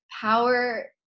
power